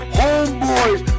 homeboys